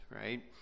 right